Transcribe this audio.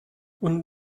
und